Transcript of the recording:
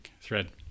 thread